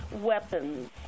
weapons